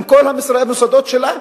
עם כל המוסדות שלה,